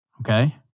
okay